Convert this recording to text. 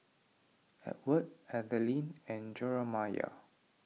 Edward Adalyn and Jeramiah